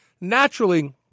Naturally